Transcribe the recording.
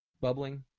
bubbling